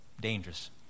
Dangerous